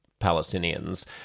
Palestinians